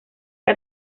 que